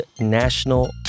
National